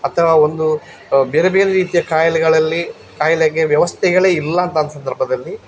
ಅಥವಾ ಒಂದು ಬೇರೆ ಬೇರೆ ರೀತಿಯ ಕಾಯಿಲೆಗಳಲ್ಲಿ ಕಾಯಿಲೆಗೆ ವ್ಯವಸ್ಥೆಗಳೇ ಇಲ್ಲಂತ ಅಂದ ಸಂದರ್ಭದಲ್ಲಿ